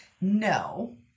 No